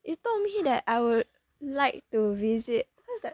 then you told me that I would like to visit what's that